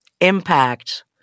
impact